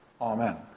Amen